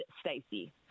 Stacey